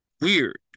weird